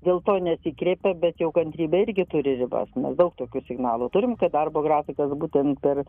dėl to nesikreipė bet jau kantrybė irgi turi ribas mes daug tokių signalų turim darbo grafikas būtent per